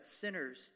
sinners